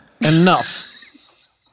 enough